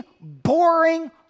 boring